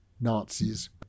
Nazis